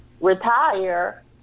retire